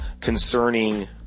concerning